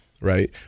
Right